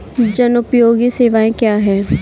जनोपयोगी सेवाएँ क्या हैं?